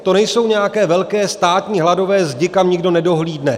To nejsou nějaké velké státní hladové zdi, kam nikdo nedohlédne.